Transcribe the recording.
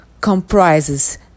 comprises